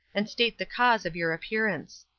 and state the cause of your appearance.